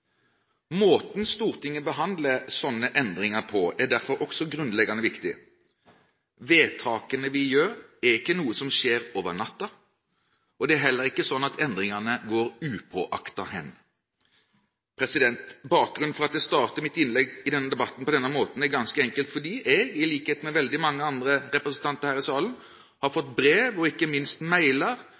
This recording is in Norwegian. Måten Stortinget behandler slike endringer på, er derfor også grunnleggende viktig. Vedtakene vi gjør, er ikke noe som skjer over natten. Det er heller ikke slik at endringene går upåaktet hen. Bakgrunnen for at jeg starter mitt innlegg i denne debatten på denne måten, er ganske enkelt fordi jeg, i likhet med veldig mange andre representanter her i salen, har fått brev og, ikke minst,